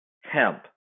hemp